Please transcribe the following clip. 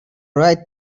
write